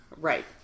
Right